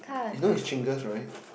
you know it's Genghis right